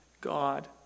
God